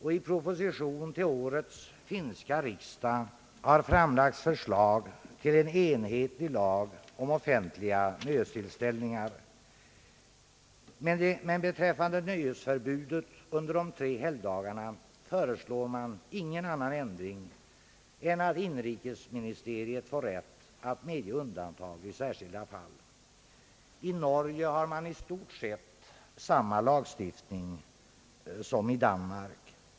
I en proposition till årets finska riksdag har framlagts förslag till en enhetlig lag om offentliga nöjestillställningar, men beträffande nöjesförbudet under de tre helgdagarna föreslås ingen annan ändring än att inrikesministeriet får rätt att medge undantag i särskilda fall. I Norge har man i stort sett samma lagstiftning som i Danmark.